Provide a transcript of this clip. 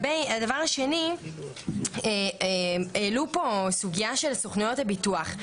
הדבר השני, העלו פה סוגיה של סוכנויות הביטוח.